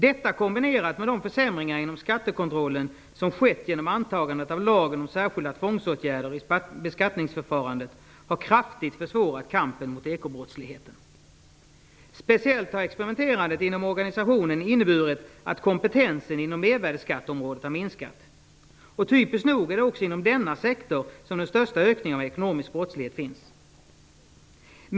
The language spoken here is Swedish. Detta kombinerat med de försämringar inom skattekontrollen som skett genom antagandet av lagen om särskilda tvångsåtgärder i beskattningsförfarandet har kraftigt försvårat kampen mot ekobrottsligheten. Speciellt har experimenterandet inom organisationen inneburit att kompetensen inom mervärdesskatteområdet har minskat. Typiskt nog är det också inom denna sektor som den största ökningen av ekonomisk brottslighet finns.